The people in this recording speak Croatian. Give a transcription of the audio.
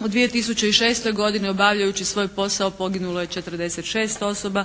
U 2006. godini obavljajući svoj posao poginulo je 46 osoba